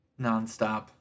nonstop